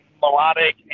melodic